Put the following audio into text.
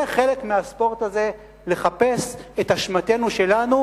זה חלק מהספורט הזה לחפש את אשמתנו שלנו